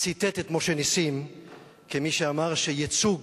ציטט את משה נסים כמי שאמר שייצוג